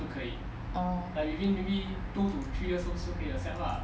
orh